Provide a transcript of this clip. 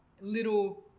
little